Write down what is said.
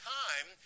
time